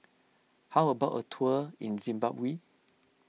how about a tour in Zimbabwe